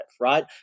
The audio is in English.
right